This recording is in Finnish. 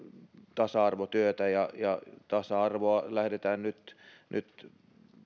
tasa arvotyötä tasa arvoa lähdetään nyt nyt